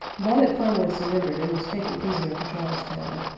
bonnet finally surrendered and was taken prisoner to charlestown.